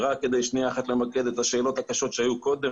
ורק כדי למקד את השאלות הקשות שהיו קודם,